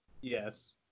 yes